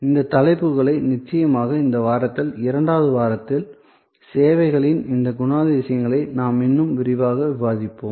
இந்த தலைப்புகளை நிச்சயமாக இந்த வாரத்தில் இரண்டாவது வாரத்தில் சேவைகளின் இந்த குணாதிசயங்களை நாம் இன்னும் விரிவாக விவாதிப்போம்